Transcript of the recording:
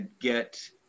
get